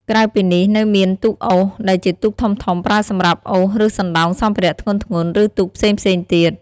ក្រៅពីនេះ នៅមាន ទូកអូស ដែលជាទូកធំៗប្រើសម្រាប់អូសឬសណ្តោងសម្ភារៈធ្ងន់ៗ ឬទូកផ្សេងៗទៀត។